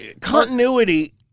continuity